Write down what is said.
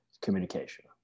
communication